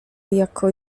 jako